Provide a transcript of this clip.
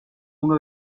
uno